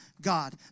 God